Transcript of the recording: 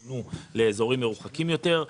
שהופנו לאזורים מרוחקים יותר.